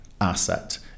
asset